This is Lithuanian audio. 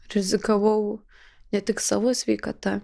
rizikavau ne tik savo sveikata